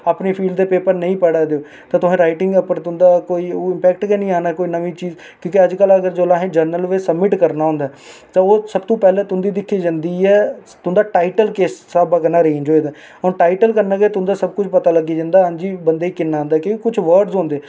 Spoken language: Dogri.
अपनी फील्ड दे पेपर नेईं पढ़ा दे ओ ते तुसें राईटिंग उप्पर तुंदा कोई ओह् इंपैक्ट गै निं आना कोई नमीं चीज क्योंकि अज्ज कल जे असें जर्नल बी सबमिट्ट करना होंदा ऐ ते ओह् सब तो पैह्लें दिक्खी जंदी ऐ तुं'दा टाईटल किस स्हाबै कन्नै अरेंज होए दा ऐ उस टाईटल कन्नै गै तुं'दा सब कुछ पता लग्गी जंदा हां जी बंदे गी किन्ना आंदा कि कुछ वर्डस होंदे